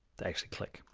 that actually click.